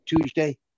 Tuesday